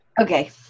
Okay